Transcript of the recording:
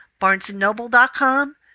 BarnesandNoble.com